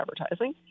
advertising